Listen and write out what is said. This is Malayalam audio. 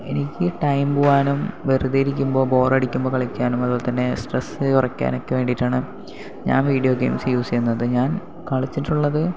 എനിക്ക് ടൈം പോവാനും വെറുതെ ഇരിക്കുമ്പോൾ ബോറടിക്കുമ്പോൾ കളിക്കാനും അതുപോലെത്തന്നെ സ്ട്രെസ്സ് കുറയ്ക്കാനൊക്കെ വേണ്ടിയിട്ടാണ് ഞാൻ വീഡിയോ ഗെയിംസ് യൂസ് ചെയ്യുന്നത് ഞാൻ കളിച്ചിട്ടുള്ളത്